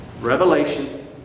Revelation